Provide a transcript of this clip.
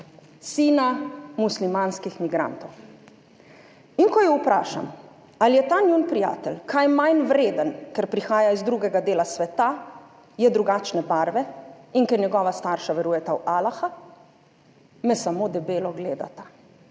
sina muslimanskih migrantov. In ko ju vprašam, ali je ta njun prijatelj kaj manj vreden, ker prihaja iz drugega dela sveta, je drugačne barve in ker njegova starša verujeta v Alaha, me samo debelo gledata,